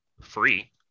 free